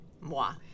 moi